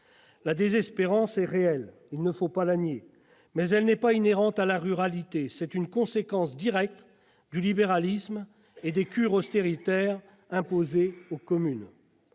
La désespérance est réelle, il ne faut pas la nier, mais elle n'est pas inhérente à la ruralité, c'est une conséquence directe du libéralisme et des cures austéritaires imposées aux communes.